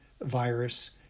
virus